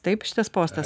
taip šitas postas